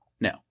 No